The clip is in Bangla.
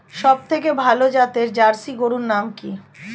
সবথেকে ভালো জাতের জার্সি গরুর নাম কি?